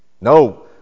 No